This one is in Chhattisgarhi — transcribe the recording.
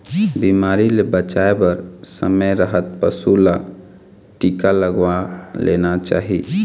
बिमारी ले बचाए बर समे रहत पशु ल टीका लगवा लेना चाही